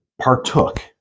partook